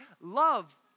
love